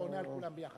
אתה עונה על כולן ביחד,